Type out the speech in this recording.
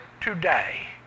today